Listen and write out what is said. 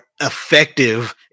effective